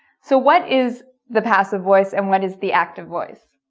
so what is the passive voice and what is the active voice